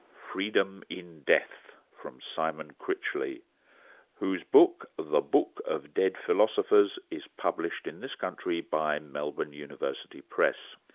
freedom in death from simon critchley who's book the book of dead philosophers is published in this country by melbourne university press.